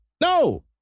No